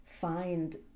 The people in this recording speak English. find